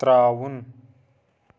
ترٛاوُن